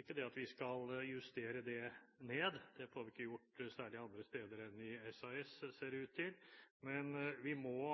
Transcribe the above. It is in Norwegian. ikke det at vi skal justere det ned – det får vi ikke gjort andre steder enn i SAS, ser det ut til – men vi må